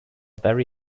very